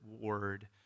word